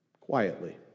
quietly